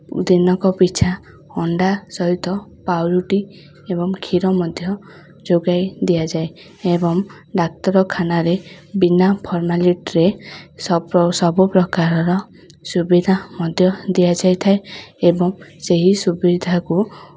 ଦିନକ ପିଛା ଅଣ୍ଡା ସହିତ ପାଉଁରୁଟି ଏବଂ କ୍ଷୀର ମଧ୍ୟ ଯୋଗାଇ ଦିଆଯାଏ ଏବଂ ଡାକ୍ତରଖାନାରେ ବିନା ଫରମାଲିଟିରେ ସବୁ ସବୁପ୍ରକାରର ସୁବିଧା ମଧ୍ୟ ଦିଆ ଯାଇଥାଏ ଏବଂ ସେହି ସୁବିଧାକୁ